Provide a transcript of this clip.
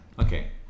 okay